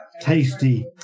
tasty